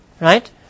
Right